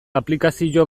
aplikazio